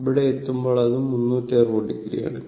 ഇവിടെ എത്തുമ്പോൾ അത് 360 o ആണ്